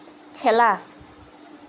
খেলা